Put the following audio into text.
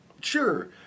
sure